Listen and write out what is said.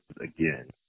again